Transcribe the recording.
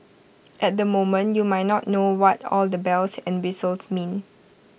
at the moment you might not know what all the bells and whistles mean